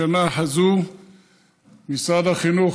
בשנה הזו משרד החינוך,